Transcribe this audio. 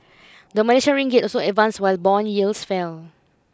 the Malaysian ringgit also advanced while bond yields fell